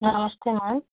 नमस्ते मैम